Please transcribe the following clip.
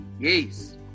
yes